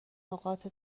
نقاط